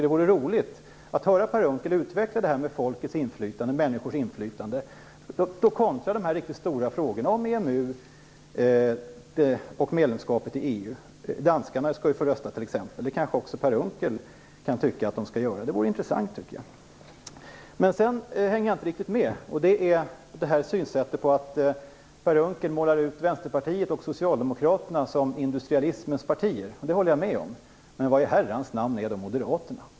Det vore roligt att höra Per Unckel utveckla frågan om människors inflytande kontra de riktigt stora frågorna om EMU och medlemskapet i EU. Danskarna skall ju t.ex. få rösta. Det kanske också Per Unckel tycker att de skall få göra. Det vore intressant att veta. Sedan hänger jag inte riktigt med. Per Unckel målar ut Vänsterpartiet och Socialdemokraterna som industrialismens partier. Det håller jag med om. Men vad i Herrans namn är då Moderaterna?